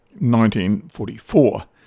1944